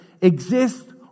exist